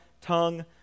tongue